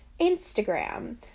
instagram